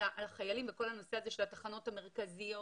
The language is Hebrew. החיילים וכל הנושא הזה של התחנות המרכזיות,